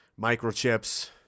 microchips